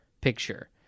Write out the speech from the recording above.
picture